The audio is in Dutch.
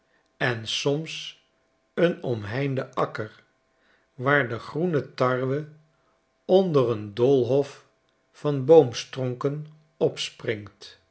en soms een omheinden akker waar de groene tarwe onder een doolhof van boomstronken opspringt